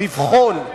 לבחון,